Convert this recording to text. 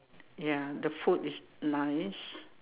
ya the food is nice